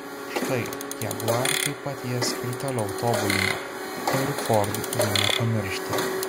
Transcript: štai jaguar taip pat jas ir toliau tobulina o ir ford jų nepamiršta